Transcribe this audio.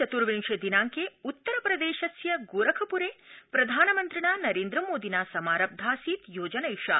चतुर्विंशे दिनांके उत्तस्प्रदेशस्य गोरखपूर प्रधानन्त्रिणा नरेन्द्रमोदिना समारब्धासीत् योजनैषा